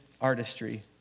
artistry